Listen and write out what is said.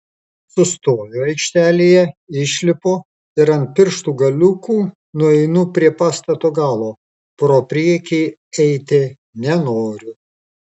sustoju aikštelėje išlipu ir ant pirštų galiukų nueinu prie pastato galo pro priekį eiti nenoriu